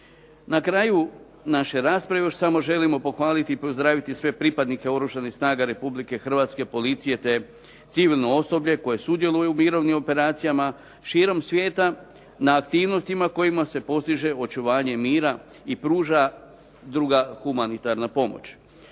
Na kraju naše rasprave još samo želimo pohvaliti i pozdraviti sve pripadnike Oružanih snaga Republike Hrvatske, policije te civilno osoblje koje sudjeluje u mirovnim operacijama širom svijeta na aktivnostima kojima se postiže očuvanje mira i pruža druga humanitarna pomoć.